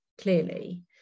clearly